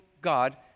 God